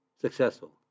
successful